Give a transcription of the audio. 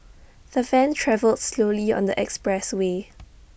the van travelled slowly on the expressway